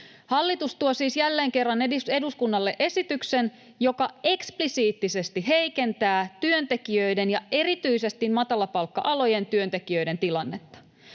Hallitus tuo siis jälleen kerran eduskunnalle esityksen, joka eksplisiittisesti heikentää työntekijöiden ja erityisesti matalapalkka-alojen työntekijöiden tilannetta.